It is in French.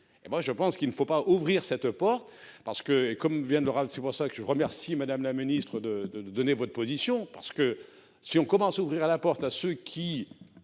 moi je pense qu'il ne faut pas ouvrir cette porte parce que comme vient de l'oral c'est pour ça que je remercie Madame la Ministre de de de donner votre position parce que si on commence ouvrira la porte à ceux qui.